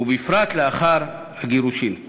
ולאחר הגירושין בפרט.